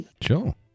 Sure